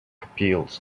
appeals